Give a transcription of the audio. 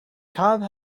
cobb